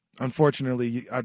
unfortunately